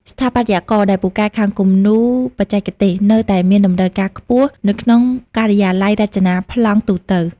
ស្ថាបត្យករដែលពូកែខាងគំនូរបច្ចេកទេស នៅតែមានតម្រូវការខ្ពស់នៅក្នុងការិយាល័យរចនាប្លង់ទូទៅ។